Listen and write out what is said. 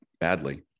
badly